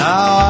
Now